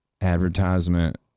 advertisement